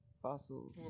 Fossils